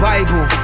Bible